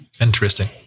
Interesting